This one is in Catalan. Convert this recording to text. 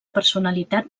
personalitat